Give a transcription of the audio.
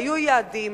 והיו יעדים,